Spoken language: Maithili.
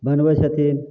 बनबै छथिन